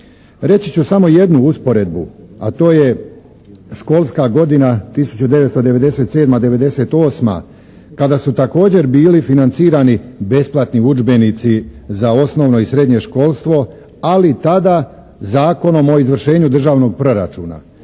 Reći ću samo jednu usporedbu, a to je školska godina 1997./1998. kada su također bili financirani besplatni udžbenici za osnovno i srednje školstvo, ali tada Zakonom o izvršenju državnog proračuna